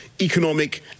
economic